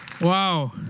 Wow